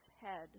head